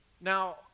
Now